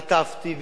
חטפתי,